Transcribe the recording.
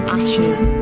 ashes